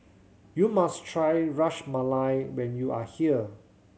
you must try Ras Malai when you are here